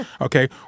Okay